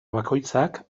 bakoitzak